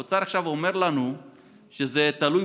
עכשיו האוצר אומר לנו שזה תלוי